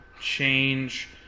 change